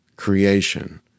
creation